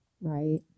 right